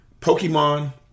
Pokemon